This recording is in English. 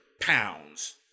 pounds